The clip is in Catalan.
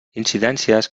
incidències